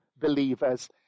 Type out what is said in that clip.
believers